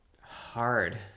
hard